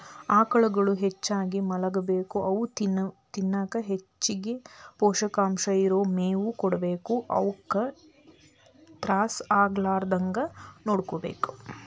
ಆಕಳುಗಳು ಹೆಚ್ಚಾಗಿ ಮಲಗಬೇಕು ಅವು ತಿನ್ನಕ ಹೆಚ್ಚಗಿ ಪೋಷಕಾಂಶ ಇರೋ ಮೇವು ಕೊಡಬೇಕು ಅವುಕ ತ್ರಾಸ ಆಗಲಾರದಂಗ ನೋಡ್ಕೋಬೇಕು